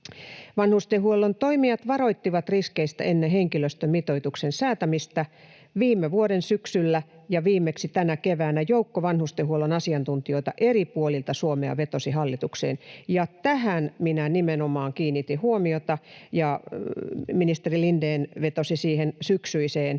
Vanhustenhuollon toimijat varoittivat riskeistä ennen henkilöstömitoituksen säätämistä viime vuoden syksyllä, ja viimeksi tänä keväänä joukko vanhustenhuollon asiantuntijoita eri puolilta Suomea vetosi hallitukseen, ja tähän minä nimenomaan kiinnitin huomiota. Ministeri Lindén vetosi siihen syksyiseen